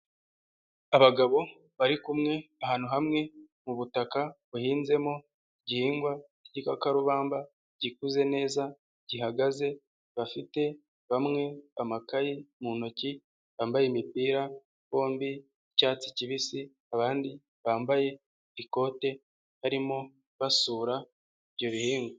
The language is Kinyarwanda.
Abagabo bari kumwe ahantu hamwe, mu butaka bahinzemo igihingwa k'igikakarubamba gikuze neza gihagaze, bafite bamwe amakaye mu ntoki bambaye imipira bombi y'icyatsi kibisi abandi bambaye ikote barimo basura ibyo bihingwa.